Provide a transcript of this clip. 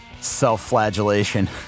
self-flagellation